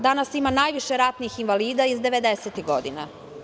Danas ima najviše ratnih invalida iz 90-ih godina.